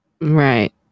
right